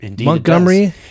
montgomery